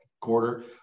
quarter